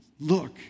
look